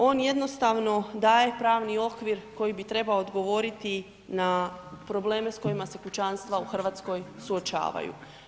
On jednostavno daje pravni okvir koji bi trebao odgovoriti na probleme s kojima se kućanstva u Hrvatskoj suočavaju.